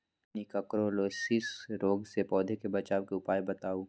निककरोलीसिस रोग से पौधा के बचाव के उपाय बताऊ?